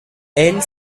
elle